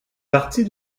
partie